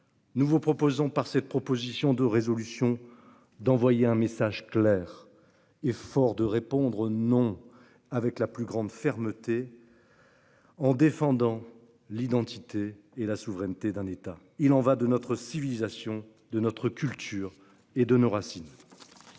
Nous vous proposons, par cette proposition de résolution, d'envoyer un message clair et fort, de répondre non à cette question, avec la plus grande fermeté, et de défendre l'identité et la souveraineté d'un État. Il y va de notre civilisation, de notre culture et de nos racines.